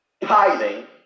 tithing